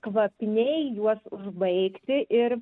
kvapniai juos užbaigti ir